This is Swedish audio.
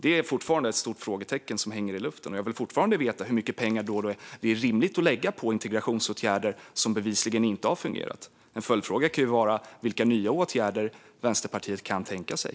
Det är fortfarande ett stort frågetecken som hänger i luften. Jag vill veta hur mycket pengar det är rimligt att lägga på integrationsåtgärder som bevisligen inte har fungerat. En följdfråga kan vara vilka nya åtgärder Vänsterpartiet kan tänka sig.